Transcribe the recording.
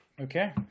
Okay